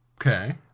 Okay